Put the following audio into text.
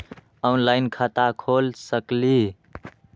Online खाता खोल सकलीह?